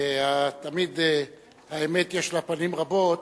תמיד האמת יש לה פנים רבות,